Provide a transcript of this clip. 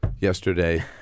yesterday